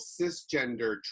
cisgender